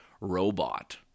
robot